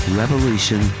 revolution